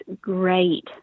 great